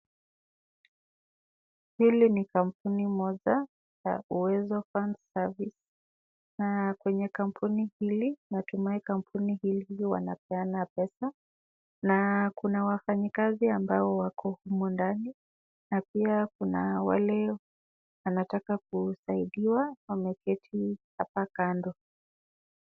Hili ni kampuni moja ya Uwezo Funds Service na kwenye kampuni hili natumai kampuni hili wanapeana pesa, na kuna wafanyikazi ambayo wako humo ndani na pia kuna wale wanataka kusaidiwa wameketi hapa kando.